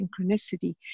synchronicity